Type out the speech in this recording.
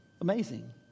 Amazing